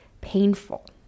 painful